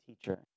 teacher